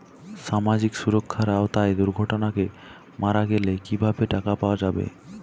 সামাজিক সুরক্ষার আওতায় দুর্ঘটনাতে মারা গেলে কিভাবে টাকা পাওয়া যাবে?